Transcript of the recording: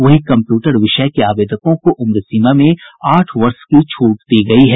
वहीं कम्प्यूटर विषय के आवेदकों को उम्र सीमा में आठ वर्ष की छूट दी गयी है